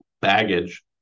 baggage